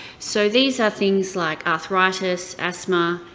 so these are things like arthritis, asthma,